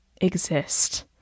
exist